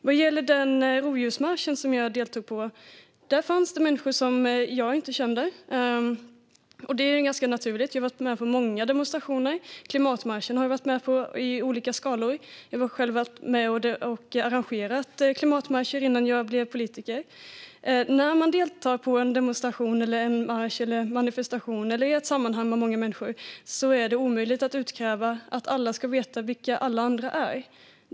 Vad gäller den rovdjursmarsch jag deltog i fanns människor som jag inte känner. Det är naturligt. Jag har varit med i många demonstrationer. Jag har varit med i klimatmarscher i olika skalor, och jag var själv med och arrangerade klimatmarscher innan jag blev politiker. När man deltar i en demonstration, en marsch eller en manifestation, i ett sammanhang med många människor, är det omöjligt att utkräva att alla ska veta vilka alla andra är.